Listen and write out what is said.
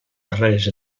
darreres